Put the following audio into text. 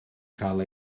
cael